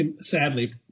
sadly